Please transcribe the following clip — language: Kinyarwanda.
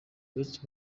benshi